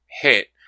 hit